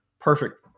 perfect